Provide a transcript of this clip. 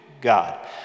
God